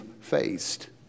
faced